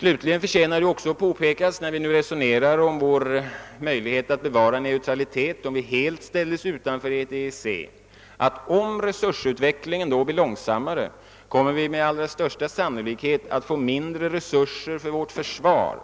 Det förtjänar också påpekas att om vi ställes helt utfanför EEC och resursutvecklingen då blir långsammare, så kommer vi med allra största sannolikhet att få mindre resurser för vårt försvar